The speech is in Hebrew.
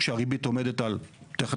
תיקנו את